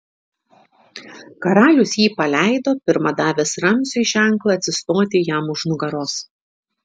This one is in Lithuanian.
karalius jį paleido pirma davęs ramziui ženklą atsistoti jam už nugaros